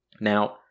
Now